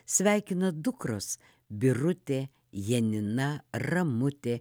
sveikina dukros birutė janina ramutė